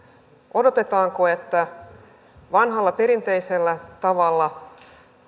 odotetaanko että vanhalla perinteisellä tavalla